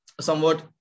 somewhat